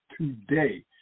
today